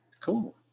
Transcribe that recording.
Cool